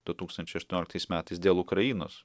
du tūkstančiai aštuonioliktais metais dėl ukrainos